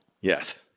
Yes